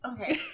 okay